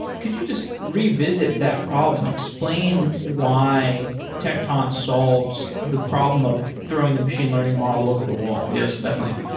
could you just revisit that problem? explain why tecton solves the problem of throwing the machine learning model over the wall. yes, definitely.